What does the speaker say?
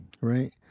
right